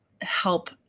help